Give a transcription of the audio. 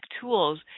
tools